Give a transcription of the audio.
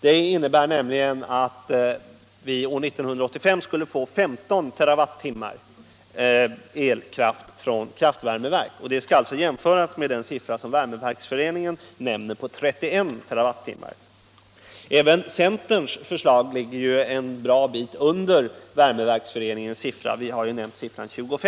Det innebär nämligen att vi år 1985 skulle få 15 TWh elkraft från kraftvärmeverk. Det skall alltså jämföras med den siffra som Värmeverksföreningen nämner, 31 TWh. Även centerns förslag, 25 TWh, ligger en bra bit under Värmeverksföreningens siffra.